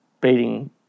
beating